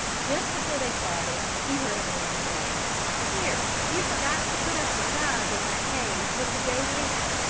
just before they started he heard a man say here, you forgot to put up the sides on that cage with the goat in.